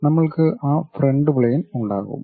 നമ്മൾക്ക് ആ front plane ഉണ്ടാകും